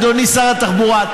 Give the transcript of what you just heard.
אדוני שר התחבורה,